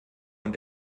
und